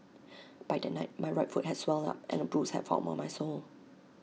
by that night my right foot had swelled up and A bruise had formed on my sole